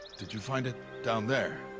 did you find it. down there.